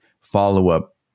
follow-up